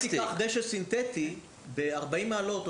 אם תיקח דשא סינתטי ב-40 מעלות,